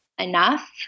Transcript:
enough